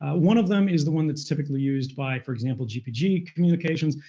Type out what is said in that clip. ah one of them is the one that's typically used by, for example, gpg communications.